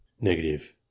negative